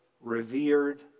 revered